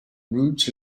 roots